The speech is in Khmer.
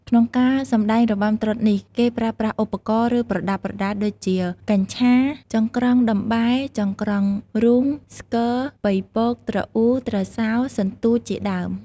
ក្នុងការសម្តែងរបាំត្រុដិនេះ គេប្រើប្រាស់ឧបករណ៍ ឬប្រដាប់ប្រដាដូចជា កញ្ឆារ ចង្ក្រង់ដំបែ ចង្ក្រង់រ៉ូង ស្គរ ប៉ីពក ទ្រអ៊ូ ទ្រសោ សន្ទូចជាដើម។